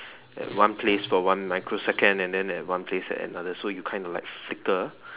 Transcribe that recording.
at one place for one microsecond and then at one place at another so you kind of like flicker